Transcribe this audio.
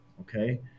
okay